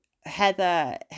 Heather